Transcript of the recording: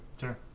sure